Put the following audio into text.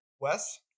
Wes